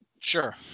Sure